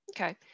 Okay